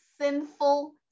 sinful